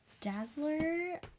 Dazzler